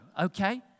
Okay